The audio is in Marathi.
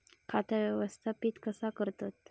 खाता व्यवस्थापित कसा करतत?